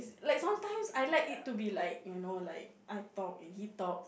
like sometimes I like it to be like you know like I talk and he talk